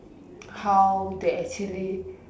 how they actually